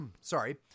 sorry